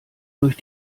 durch